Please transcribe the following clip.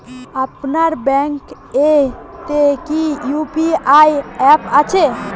আপনার ব্যাঙ্ক এ তে কি ইউ.পি.আই অ্যাপ আছে?